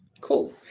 Cool